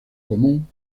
común